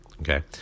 Okay